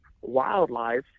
wildlife